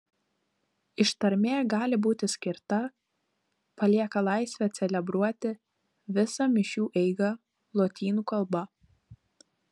ištarmė gali būti skirta palieka laisvę celebruoti visą mišių eigą lotynų kalba